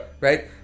right